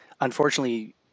unfortunately